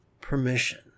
permission